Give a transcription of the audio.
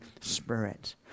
Spirit